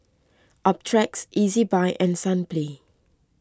Optrex Ezbuy and Sunplay